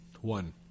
One